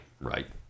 right